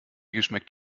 geschmeckt